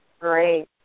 great